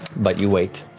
but you wait